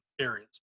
areas